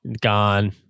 Gone